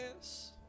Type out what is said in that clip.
yes